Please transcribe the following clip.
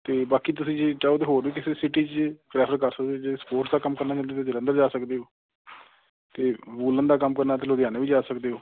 ਅਤੇ ਬਾਕੀ ਤੁਸੀਂ ਜੇ ਚਾਹੋ ਤਾਂ ਹੋਰ ਵੀ ਕਿਸੇ ਸਿਟੀ 'ਚ ਪ੍ਰੈਫਰ ਕਰ ਸਕਦੇ ਜੇ ਸਪੋਰਟਸ ਦਾ ਕੰਮ ਕਰਨਾ ਅਤੇ ਜਲੰਧਰ ਜਾ ਸਕਦੇ ਹੋ ਅਤੇ ਵੂਲਣ ਦਾ ਕੰਮ ਕਰਨਾ ਅਤੇ ਲੁਧਿਆਣੇ ਵੀ ਜਾ ਸਕਦੇ ਹੋ